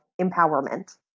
empowerment